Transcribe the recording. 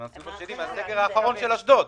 בסגר האחרון שנעשה באשדוד.